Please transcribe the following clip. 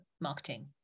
Marketing